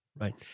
Right